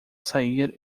sair